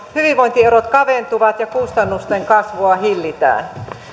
hyvinvointierot kaventuvat ja kustannusten kasvua hillitään